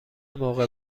موقع